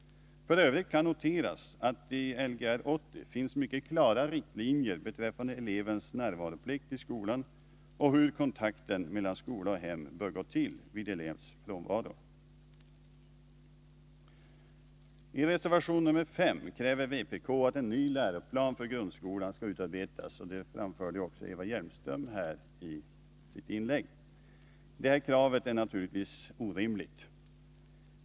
F. ö. kan noteras att i Lgr 80 finns det mycket klara riktlinjer beträffande elevens närvaroplikt i skolan och hur kontakten mellan skola och hem bör gå till vid elevs frånvaro. I reservation nr 5 kräver vpk att en ny läroplan för grundskolan skall utarbetas. Detta framförde också Eva Hjelmström i sitt inlägg. Detta är naturligtvis ett orimligt krav.